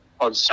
on